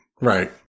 right